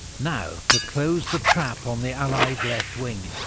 now to close the trap on the allied left wing,